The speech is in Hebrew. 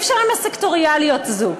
אי-אפשר עם הסקטוריאליות הזאת.